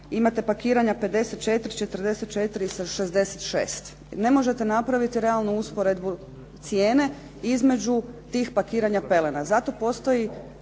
Imate pakiranja 54, 44 i sa 66. I ne možete napraviti realnu usporedbu cijene između tih pakiranja pelena. Zato postoji